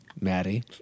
Maddie